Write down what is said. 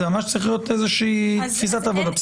צריכה להיות איזו שהיא תפיסת עבודה.